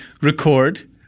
record